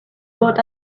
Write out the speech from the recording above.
got